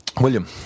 William